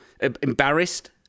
embarrassed